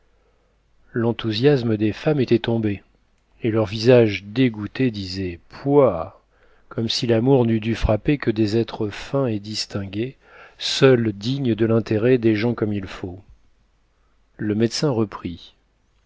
l'enthousiasme des femmes était tombé et leur visage dégoûté disait pouah comme si l'amour n'eût dû frapper que des êtres fins et distingués seuls dignes de l'intérêt des gens comme il faut le médecin reprit